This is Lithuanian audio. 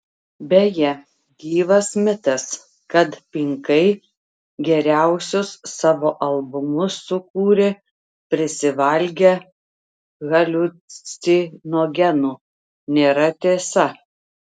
beje gyvas mitas kad pinkai geriausius savo albumus sukūrė prisivalgę haliucinogenų nėra tiesa